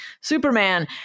Superman